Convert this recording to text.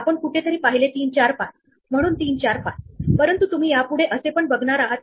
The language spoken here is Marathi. आपण काय करणार आहोत तर कोणत्याही पॉईंटवर आपण अन्वेषण न केलेल्या सेल ची क्यू करणार आहोत